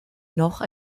noch